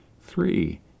Three